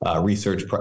Research